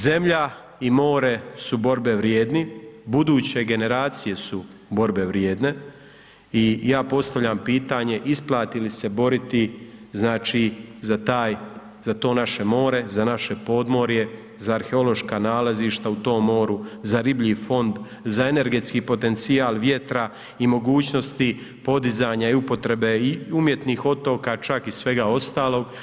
Zemlja i more su borbe vrijedni, buduće generacije su borbe vrijedne i ja postavljam pitanje isplati li se boriti znači za taj, za to naše more, za naše podmorje, za arheološka nalazišta u tom moru, za riblji fond, za energetski potencijal vjetra i mogućnosti podizanja i upotrebe umjetnih otoka čak i svega ostalog.